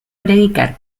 predicar